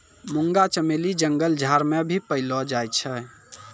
मुंगा चमेली जंगल झाड़ मे भी पैलो जाय छै